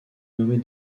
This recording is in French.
nommée